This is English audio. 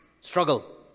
struggle